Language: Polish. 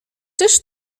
czyż